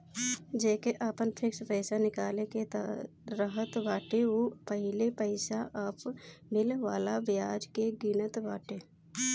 जेके आपन फिक्स पईसा निकाले के रहत बाटे उ पहिले पईसा पअ मिले वाला बियाज के गिनत बाटे